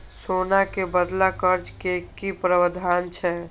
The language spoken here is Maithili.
सोना के बदला कर्ज के कि प्रावधान छै?